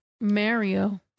mario